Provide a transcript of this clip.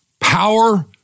Power